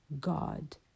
God